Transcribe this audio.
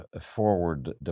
forward